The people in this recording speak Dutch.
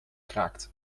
kraakt